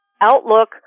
Outlook